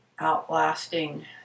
outlasting